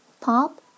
pop